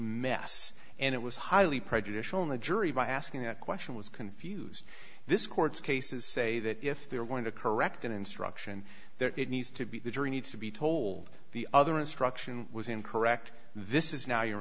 mess and it was highly prejudicial in the jury by asking that question was confused this court's cases say that if they are going to correct an instruction there it needs to be the jury needs to be told the other instruction was incorrect this is now you